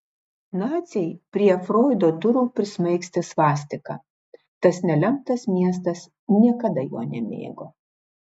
naciai prie froido durų prismaigstė svastiką tas nelemtas miestas niekada jo nemėgo